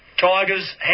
Tigers